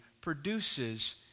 produces